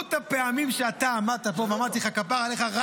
כמות הפעמים שאתה עמדת פה ואמרתי לך: כפרה עליך,